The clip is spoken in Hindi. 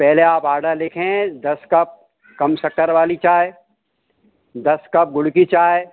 पहले आप आडर लिखें दस कप कम शक्कर वाली चाय दस कप गुड़ की चाय